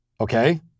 Okay